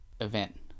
event